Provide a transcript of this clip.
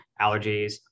allergies